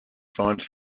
finds